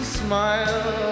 smile